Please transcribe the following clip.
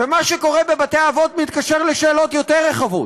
ומה שקורה בבתי-אבות מתקשר לשאלות יותר רחבות.